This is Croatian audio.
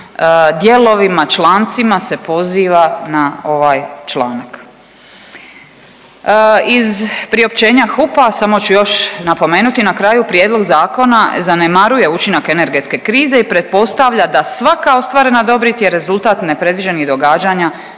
dijelovima, člancima se poziva na ovaj članak. Iz priopćenja HUP-a samo ću još napomenuti na kraju. Prijedlog zakona zanemaruje učinak energetske krize i pretpostavlja da svaka ostvarena dobit je rezultat nepredviđenih događanja